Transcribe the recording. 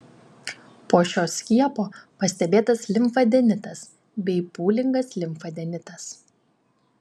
po šio skiepo pastebėtas limfadenitas bei pūlingas limfadenitas